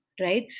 right